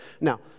Now